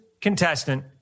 contestant